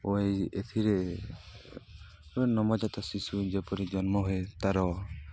ଓ ଏହି ଏଥିରେ ନବଜାତ ଶିଶୁ ଯେପରି ଜନ୍ମ ହୁଏ ତା'ର